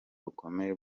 bukomeye